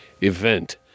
event